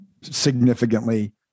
significantly